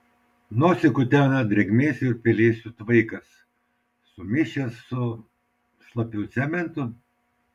nosį kutena drėgmės ir pelėsių tvaikas sumišęs su šlapiu cementu